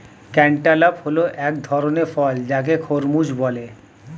cantaloupe হল এক ধরণের ফল যাকে খরমুজ বলে